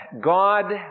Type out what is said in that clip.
God